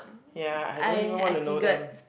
ya I don't even want to know them